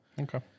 Okay